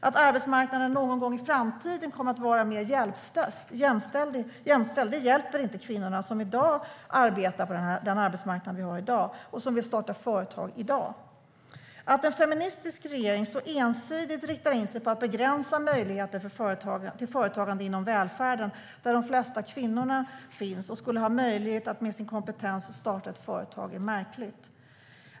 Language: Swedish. Att arbetsmarknaden någon gång i framtiden kommer att vara mer jämställd hjälper inte kvinnorna som arbetar på den arbetsmarknad vi har i dag och som vill starta företag i dag. Det är märkligt att en feministisk regering så ensidigt riktar in sig på att begränsa möjligheter till företagande inom välfärden, där de flesta kvinnorna finns och skulle ha möjlighet att med sin kompetens starta ett företag.